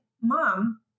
mom